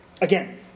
Again